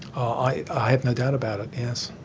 i have no doubt about it, yes.